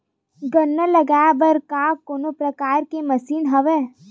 गन्ना लगाये बर का कोनो प्रकार के मशीन हवय?